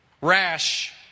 rash